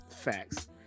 facts